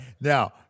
now